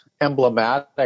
emblematic